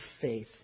faith